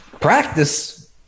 practice